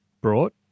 brought